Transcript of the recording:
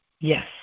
Yes